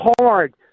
hard